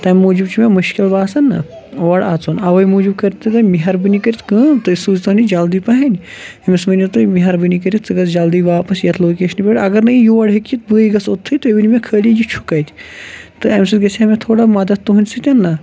تَمہِ موٗجوٗب چھُ مے مشکل باسان نا اور اَژُن اَؤے موٗجوٗب کٔرۍ تَو تُہۍ مہربٲنی کٔرِتھ کٲم تُہۍ سوٗزۍ تہون یہِ جلدی پَہانۍ أمِس ؤنِو تُہۍ مہربٲنی کٔرِتھ ژٕ گژھ جلدی واپَس یتھ لوکشنہِ پٮ۪ٹھ اگر نہٕ یہِ یور ہیٚکہ یِتھ بٕے گٔژھ اوٚتتھُے تُہۍ ؤنِو مےٚ خٲلۍ یہِ چھُ کَتہِ تہٕ أمہِ سۭتۍ گژھہِ ہے مےٚ تھوڑا مدد تُہنٛدِ سۭتۍ نا